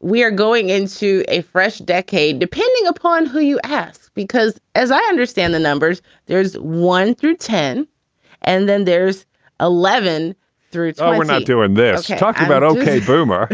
we are going into a fresh decade depending upon who you ask, because as i understand the numbers, there is one through ten and then there's eleven three. um we're not doing this talking about, ok boomer,